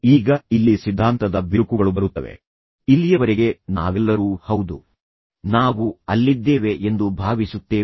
ಈಗ ಅವರು ಮತ್ತೊಂದು ಹೋಲಿಕೆ ಮಾಡುತ್ತಿದ್ದಾರೆ ಅವರು ಹೇಳುತ್ತಾರೆ ನೀವು ನಿಮ್ಮ ಮಗಳನ್ನು ಮಾತ್ರ ಪ್ರೀತಿಸುತ್ತೀರಿ